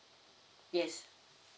yes